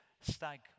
stag